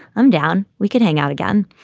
i'm down. we can hang out again.